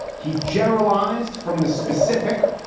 he generalized from the specific.